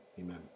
Amen